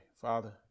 Father